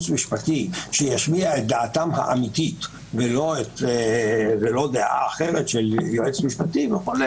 משפטי שישמיע את דעתם האמיתית ולא דעה אחרת של יועץ משפטי וכו',